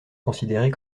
considérée